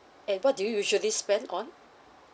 and what do you usually spend on